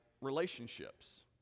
relationships